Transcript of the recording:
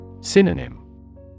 Synonym